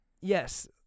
Yes